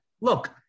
look